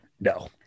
No